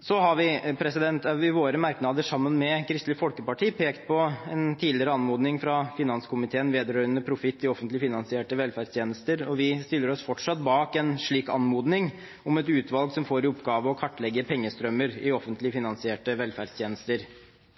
Vi har i våre merknader sammen med Kristelig Folkeparti pekt på en tidligere anmodning fra finanskomiteen vedrørende profitt i offentlig finansierte velferdstjenester. Vi stiller oss fortsatt bak en slik anmodning om et utvalg som får i oppgave å kartlegge pengestrømmer i offentlig finansierte velferdstjenester